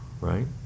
right